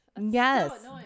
Yes